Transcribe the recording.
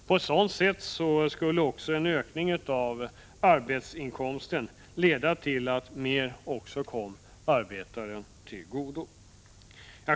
På så sätt skulle också en ökning av arbetsinkomsten leda till att mer kom arbetaren till godo.